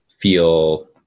feel